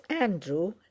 Andrew